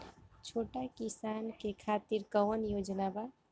छोटा किसान के खातिर कवन योजना बा?